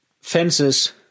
fences